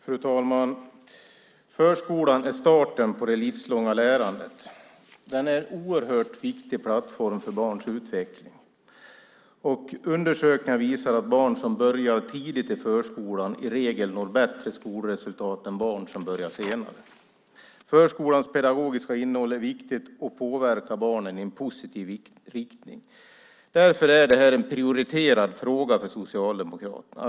Fru talman! Förskolan är starten på det livslånga lärandet. Den är en oerhört viktig plattform för barns utveckling. Undersökningar visar att barn som börjar tidigt i förskolan i regel når bättre skolresultat än barn som börjar senare. Förskolans pedagogiska innehåll är viktigt och påverkar barnen i en positiv riktning. Därför är detta en prioriterad fråga för Socialdemokraterna.